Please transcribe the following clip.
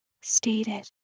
stated